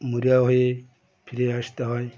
মরীয়া হয়ে ফিরে আসতে হয়